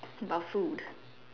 but food